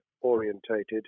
orientated